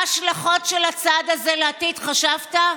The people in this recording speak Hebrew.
מה ההשלכות של הצעד הזה לעתיד, חשבת?